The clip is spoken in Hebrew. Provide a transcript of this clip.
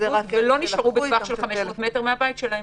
ולא נשארו בטווח של 500 מטר מהבית שלהם.